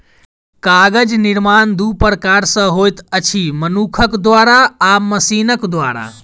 कागज निर्माण दू प्रकार सॅ होइत अछि, मनुखक द्वारा आ मशीनक द्वारा